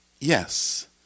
yes